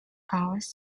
hours